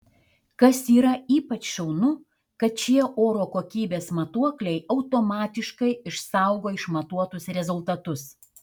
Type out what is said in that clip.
kas yra ypač šaunu kad šie oro kokybės matuokliai automatiškai išsaugo išmatuotus rezultatus